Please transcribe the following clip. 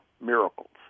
miracles